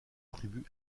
tribu